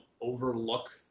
overlook